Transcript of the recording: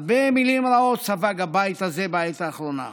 הרבה מילים רעות ספג הבית הזה בעת האחרונה,